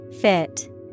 Fit